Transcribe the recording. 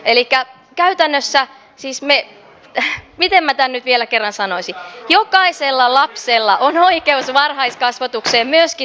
elikkä käytännössä siis miten minä tämän nyt vielä kerran sanoisin jokaisella lapsella on oikeus varhaiskasvatukseen myöskin tulevaisuudessa